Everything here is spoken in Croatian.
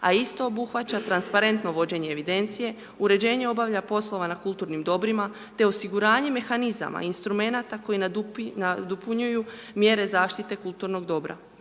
a isto obuhvaća transparentno vođenje evidencije, uređenje obavljanja poslova na kulturnim dobrima te osiguranje mehanizama i instrumenata koji nadopunjuju mjere zaštite kulturnog dobra